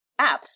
apps